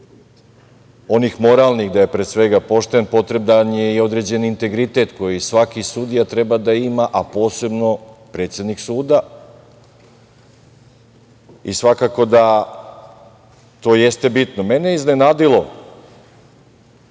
onih moralnih, da je pre svega pošten, potreban je i određeni integritet koji svaki sudija treba da ima, a posebno predsednik suda i svakako da to jeste bitno. Mene je iznenadilo